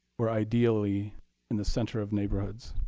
were ideally in the center of neighborhoods